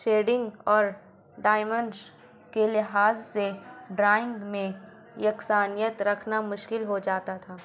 shedding اور dimensions کے لحاظ سے ڈرائنگ میں یکسانیت رکھنا مشکل ہو جاتا تھا